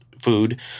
food